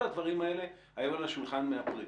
כל הדברים האלה היו על השולחן מאפריל.